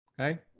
Okay